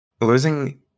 Losing